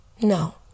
No